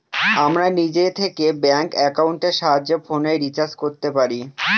আমরা নিজে থেকে ব্যাঙ্ক একাউন্টের সাহায্যে ফোনের রিচার্জ করতে পারি